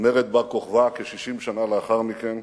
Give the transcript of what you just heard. ומרד בר-כוכבא כ-60 שנה לאחר מכן,